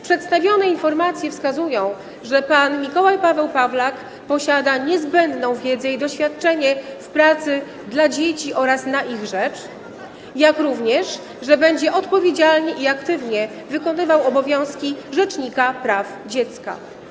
Przedstawione informacje wskazują, że pan Mikołaj Paweł Pawlak posiada niezbędną wiedzę i doświadczenie w pracy dla dzieci oraz na ich rzecz, jak również że będzie odpowiedzialnie i aktywnie wykonywał obowiązki rzecznika praw dziecka.